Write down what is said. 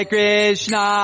Krishna